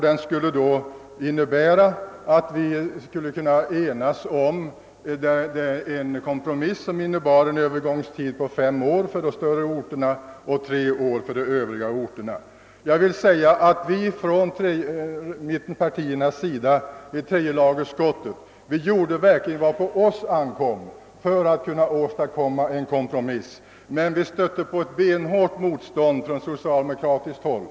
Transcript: Den skulle då innebära att vi skulle kunna enas om en kompromiss som innebar en övergångstid av fem år för de större orterna och tre år för övriga orter. Vi inom mittenpartierna gjorde verkligen i tredje lagutskottet vad som på oss ankom för att komma överens, men vi stötte på ett benhårt motstånd från socialdemokratiskt håll.